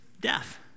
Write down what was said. death